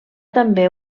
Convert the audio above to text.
també